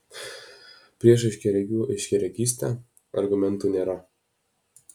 prieš aiškiaregių aiškiaregystę argumentų nėra